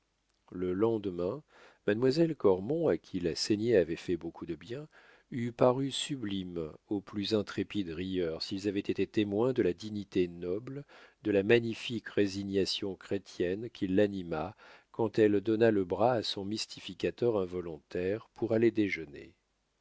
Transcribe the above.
le lendemain mademoiselle cormon à qui la saignée avait fait beaucoup de bien eût paru sublime aux plus intrépides rieurs s'ils avaient été témoins de la dignité noble de la magnifique résignation chrétienne qui l'anima quand elle donna le bras à son mystificateur involontaire pour aller déjeuner